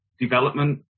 development